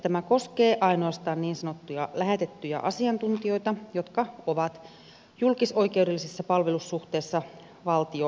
tämä koskee ainoastaan niin sanottuja lähetettyjä asiantuntijoita jotka ovat julkisoikeudellisessa palvelussuhteessa valtioon